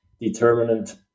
determinant